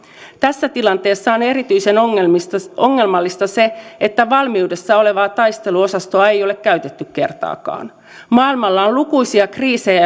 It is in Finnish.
tässä tilanteessa on erityisen ongelmallista se ongelmallista se että valmiudessa olevaa taisteluosastoa ei ole käytetty kertaakaan maailmalla on lukuisia kriisejä